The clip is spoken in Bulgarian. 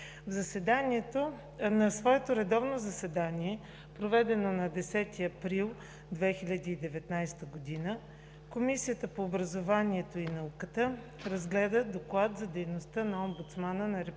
На свое редовно заседание, проведено на 10 април 2019 г., Комисията по образованието и науката разгледа Доклад за дейността на Омбудсмана на Република